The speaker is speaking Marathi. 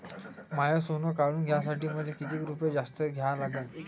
माय सोनं काढून घ्यासाठी मले कितीक रुपये जास्त द्या लागन?